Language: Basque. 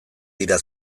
dira